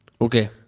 Okay